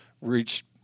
reached